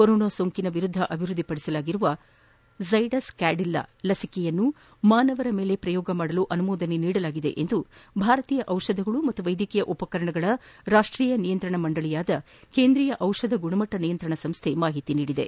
corona ಸೋಂಕಿನ ವಿರುದ್ದ ಅಭಿವೃದ್ಧಿಪಡಿಸಲಾಗಿರುವ ರಝ್ಲೆಡಸ್ ಕ್ಕಾಡಿಲ್ಲಾ ಲಸಿಕೆಯನ್ನು ಮಾನವರ ಮೇಲೆ ಪ್ರಯೋಗಿಸಲು ಅನುಮೋದನೆ ನೀಡಲಾಗಿದೆ ಎಂದು ಭಾರತೀಯ ಡಿಪಧಗಳು ಮತ್ತು ವೈದ್ಯಕೀಯ ಉಪಕರಣಗಳ ರಾಷ್ಷೀಯ ನಿಯಂತ್ರಣ ಮಂಡಳಿಯಾದ ಕೇಂದ್ರೀಯ ದಿಷಧ ಗುಣಮಟ್ಟ ನಿಯಂತ್ರಣ ಸಂಸ್ಟೆ ಮಾಹಿತಿ ನೀಡಿದೆ